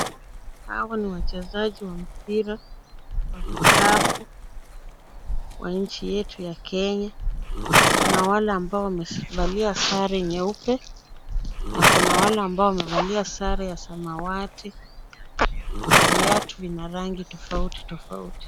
Hawa ni wachezaji wa mpira wa kikapu wa nchi yetu ya Kenya. Kuna wale ambao wamevalia sare nyeupe na kuna wale ambao wamevalia sare ya samawati na viatu vina rangi tofauti tofauti.